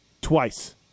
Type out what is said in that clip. twice